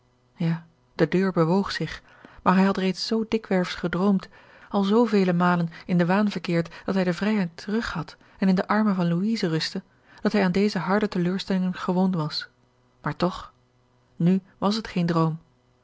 ja de deur bewoog zich maar hij had reeds zoo dikwerf gedroomd al zoo vele malen in den waan verkeerd dat hij de vrijheid terug had en in de armen van louise rustte dat hij aan deze harde teleurstellingen gewoon was maar toch nu was het geen droom